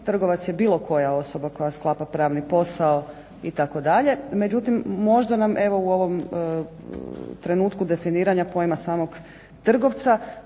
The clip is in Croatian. trgovac je bilo koja osoba koja sklapa pravni posao itd. Međutim, možda nam evo u ovom trenutku definiranja pojma samog trgovca,